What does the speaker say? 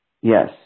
Yes